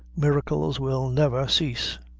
maricles will never cease.